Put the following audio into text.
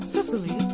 Sicily